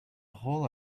hole